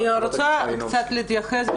אני רוצה קצת להתייחס,